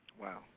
Wow